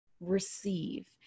receive